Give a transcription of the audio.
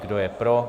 Kdo je pro?